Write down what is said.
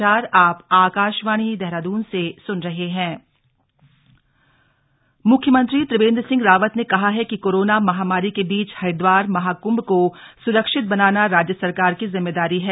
CM Kumbh निरीक्षण मुख्यमंत्री त्रिवेंद्र सिंह रावत ने कहा है कि कोरोना महामारी के बीच हरिद्वार महाकुंभ को सुरक्षित बनाना राज्य सरकार की जिम्मेदारी है